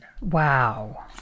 Wow